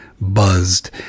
buzzed